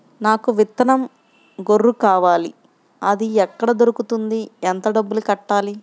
నాకు విత్తనం గొర్రు కావాలి? అది ఎక్కడ దొరుకుతుంది? ఎంత డబ్బులు కట్టాలి?